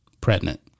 pregnant